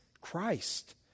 Christ